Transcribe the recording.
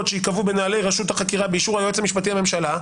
שייקבעו בנהלי רשות החקירה באישור היועץ המשפטי לממשלה,